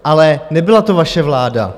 Ale nebyla to vaše vláda.